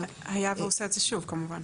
היה והוא עושה את זה שוב כמובן.